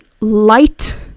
light